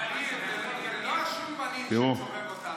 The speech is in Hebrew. אל תסובב אותנו.